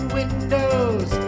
windows